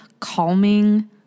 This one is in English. calming